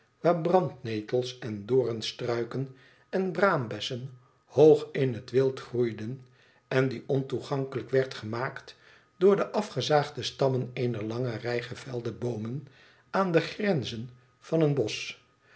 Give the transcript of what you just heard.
waar brandnetels en doornstruiken en braambessen hoog in het wüd groeiden en die ontoegankelijk werd gemaakt door de ssgezaagde stammen eener lange rij gevelde boomen aan de grenzen van een bosch